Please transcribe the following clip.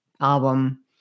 album